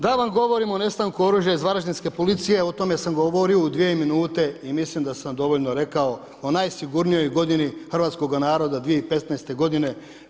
Da vam govorim o nestanku oružja iz Varaždinske policije o tome sam govorio u dvije minute i mislim da sam dovoljno rekao o najsigurnijoj godini hrvatskoga naroda 2015. godine.